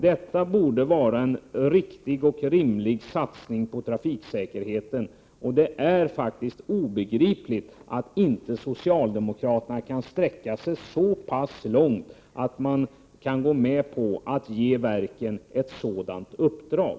Detta borde vara en riktig och rimlig satsning på trafiksäkerheten, och det är faktiskt obegripligt att socialdemokraterna inte kan sträcka sig så pass långt att de kan gå med på att ge verken ett sådant uppdrag.